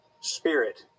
spirit